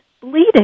bleeding